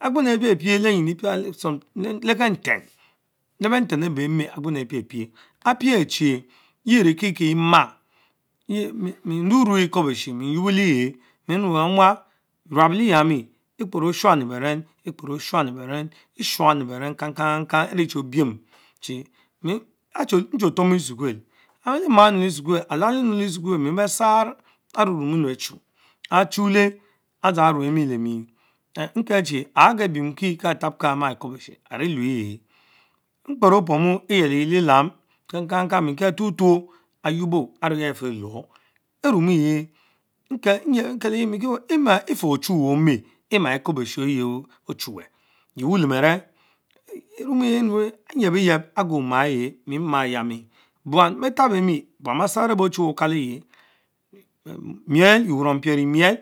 Agbenu apich per lemn, lekenten, leh befen ebe bench agbern apie pie, apre chie yien erikie mah, mis ue que Ekuobeshe nynokelewe mie tue awa zau xuat lee yamie nie skperrh otchuan leberen, eshuan le baren. Kang kang kang irie che biem che neme tuomen Lesukuel, amalema enu leh esukuel alal bemeh besarr arie-rumunu achute, achule adza rue wie shich, are key tabka ekabeche ane luchh mkper opomy eyeliegen lelavan, Kang kang kang mekie are-tutush ah yuobo arue ech afieluoh, erimne eth neel apie chie efch schuwen omet, ema ekobeshe ayie ochuch yie wulens. arch, evumu ehh nyebeyes agorki momaa ehk mie ma eyamie, lalam beh taboh wie bun besar eben Ocluve, Okaleyich, miel que wirinipi ane wiel,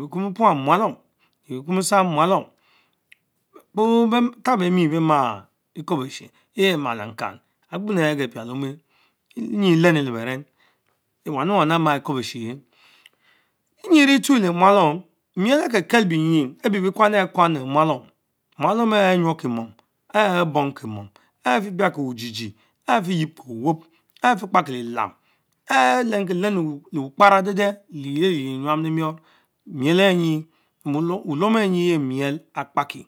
bekwabepul muralom yeh bekum besar mualom, kpo betabeh me beh maa elewobeche yes amaa lankan agbenu agepian le omen enyje elenme leh beren, wamuwanu ama ekur beche eye, enfie vietsue le maalom miet akekel bienyin an bee kwane kwan le mualons, mustom ehh nyorkimom chh boner mom els efepiaki wujijie, ahh efie yebkowop ehh fiekpakilelam ehh lenki lenu le wukparadeh deh le liyiel elie enyar le mior, wulom ehh enyi yen miel akpaki.